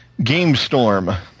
GameStorm